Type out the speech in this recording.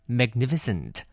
magnificent